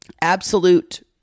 absolute